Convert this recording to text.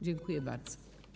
Dziękuję bardzo.